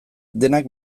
denak